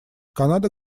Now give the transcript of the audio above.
канада